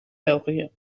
belgië